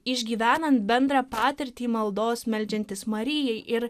išgyvenant bendrą patirtį maldos meldžiantis marijai ir